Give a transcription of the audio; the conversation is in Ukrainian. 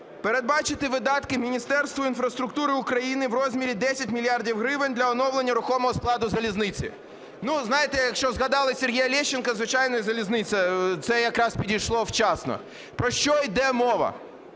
Передбачити видатки Міністерству інфраструктури України в розмірі 10 мільярдів гривень для оновлення рухомого складу залізниці. Знаєте, якщо згадали Сергія Лещенка, звичайно, і залізницю, це якраз підійшло вчасно. Про що йде мова?